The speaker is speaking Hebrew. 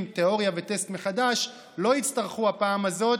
תיאוריה וטסט מחדש לא יצטרכו הפעם הזאת,